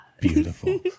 Beautiful